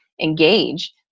engage